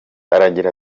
aragira